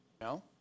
No